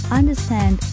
understand